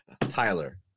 tyler